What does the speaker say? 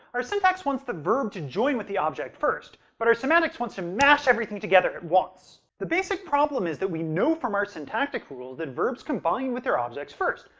our syntax wants the verb to join with the object first, but our semantics wants to mash everything together at once. the basic problem is that we know from our syntactic rules that verbs combine with their objects first,